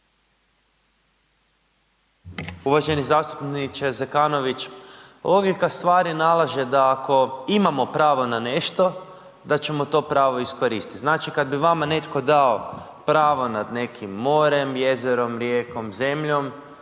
Uvaženi zastupniče Zekanović, …/Govornik se ne razumije/… stvari nalaže da ako imamo pravo na nešto da ćemo to pravo iskoristit. Znači, kad bi vama netko dao pravo nad nekim morem, jezerom, rijekom, zemljom,